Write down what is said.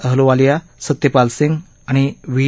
अहलुवालिया सत्यपाल सिंग आणि व्ही